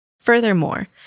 Furthermore